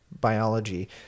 Biology